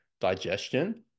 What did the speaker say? digestion